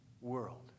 world